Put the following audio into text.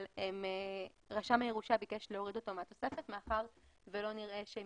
אבל רשם הירושה ביקש להוריד אותו מהתוספת מאחר ולא נראה שהם